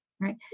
Right